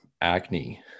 acne